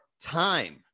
time